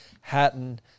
Hatton